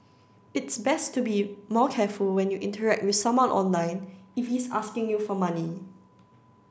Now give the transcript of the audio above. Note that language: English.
it's best to be more careful when you interact with someone online if he's asking you for money